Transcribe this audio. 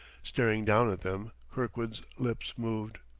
staring down at them, kirkwood's lips moved.